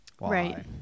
right